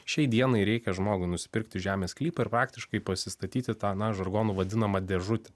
šiai dienai reikia žmogui nusipirkti žemės sklypą ir faktiškai pasistatyti tą na žargonu vadinamą dėžutę